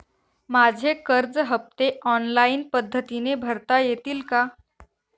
माझे कर्ज हफ्ते ऑनलाईन पद्धतीने भरता येतील का?